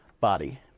body